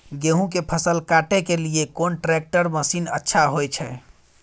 गेहूं के फसल काटे के लिए कोन ट्रैक्टर मसीन अच्छा होय छै?